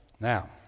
Now